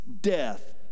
death